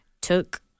took